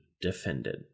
defended